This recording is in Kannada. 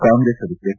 ಕಾಂಗ್ರೆಸ್ ಸದಸ್ಕ ಕೆ